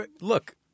look